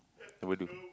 never do